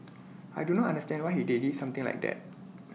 I do not understand why they did IT something like that